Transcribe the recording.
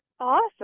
awesome